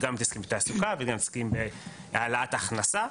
גם מתעסקים בתעסוקה וגם ומתעסקים בהעלאת הכנסה.